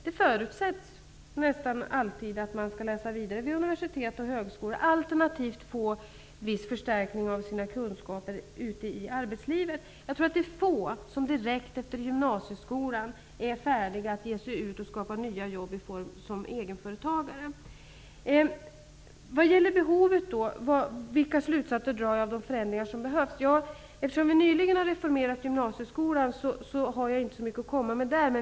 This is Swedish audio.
Det förutsätts nästan alltid att man skall läsa vidare vid universitet eller högskola, alternativt få viss förstärkning av sina kunskaper ute i arbetslivet. Det är få som direkt efter gymnasieskolan är färdiga att ge sig ut och skapa nya jobb som egna företagare. Rose-Marie Frebran frågar vilka slutsatser jag drar om behovet av förändringar. Eftersom vi nyligen har reformerat gymnasieskolan har jag inte så mycket att komma med där.